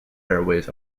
airways